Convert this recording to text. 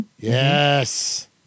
Yes